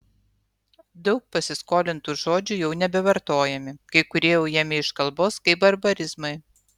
daug pasiskolintų žodžių jau nebevartojami kai kurie ujami iš kalbos kaip barbarizmai